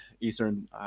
Eastern